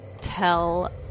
tell